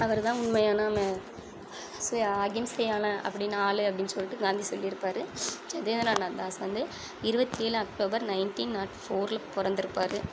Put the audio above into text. அவர் தான் உண்மையான ம சை அகிம்சையாளன் அப்படின்னு ஆள் அப்படின்னு சொல்லிட்டு காந்தி சொல்லிருப்பார் ஜதேந்திரநாத் தாஸ் வந்து இருபத்தேலு அக்டோபர் நைன்ட்டீன் நாட் ஃபோர்ல பிறந்துருப்பாரு